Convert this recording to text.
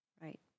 Right